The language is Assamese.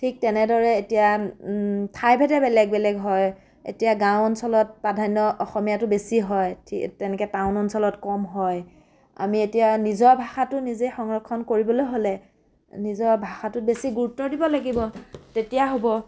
ঠিক তেনেদৰে এতিয়া ঠাইভেদে বেলেগ বেলেগ হয় এতিয়া গাঁও অঞ্চলত প্ৰাধান্য অসমীয়াটো বেছি হয় ঠি তেনেকৈ টাউন অঞ্চলত কম হয় আমি এতিয়া নিজৰ ভাষাটো নিজে সংৰক্ষণ কৰিবলে হ'লে নিজৰ ভাষাটোত বেছি গুৰুত্ব দিব লাগিব তেতিয়া হ'ব